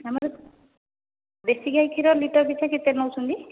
ଆମର ଦେଶୀ ଗାଈ କ୍ଷୀର ଲିଟର ପିଛା କେତେ ନେଉଛନ୍ତି